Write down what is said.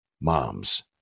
moms